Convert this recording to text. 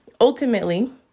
ultimately